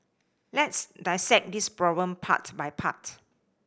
let's dissect this problem part by part